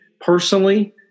personally